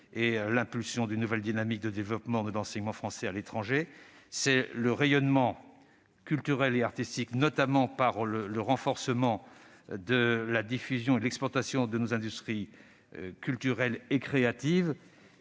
et l'impulsion d'une nouvelle dynamique de développement de l'enseignement français à l'étranger ; le rayonnement culturel et artistique, notamment par le renforcement de la diffusion et de l'exportation de nos industries culturelles et créatives